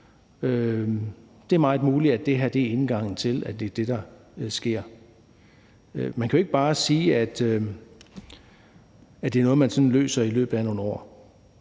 Det er meget muligt, at det her er indgangen til, at det er det, der sker. Man kan jo ikke bare sige, at det er noget, man løser i løbet af nogle år.